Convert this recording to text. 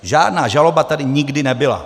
Žádná žaloba tady nikdy nebyla.